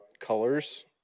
colors